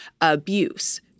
abuse